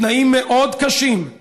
בתנאים מאוד קשים,